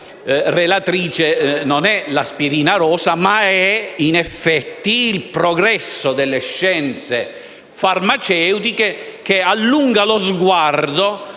relatrice, non è l'aspirina rosa, ma è in effetti il progresso delle scienze farmaceutiche, che allunga lo sguardo